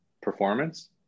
performance